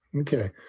okay